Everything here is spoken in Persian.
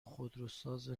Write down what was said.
خودروساز